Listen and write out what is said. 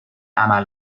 عمل